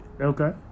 Okay